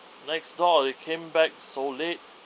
next door they came back so late